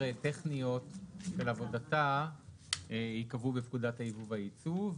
טכניות של עבודתה ייקבעו בפקודת היבוא והייצוא.